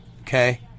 Okay